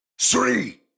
three